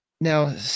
Now